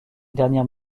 dernières